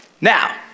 Now